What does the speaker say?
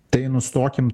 tai nustokim